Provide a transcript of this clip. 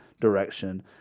direction